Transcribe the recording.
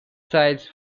sites